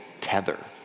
tether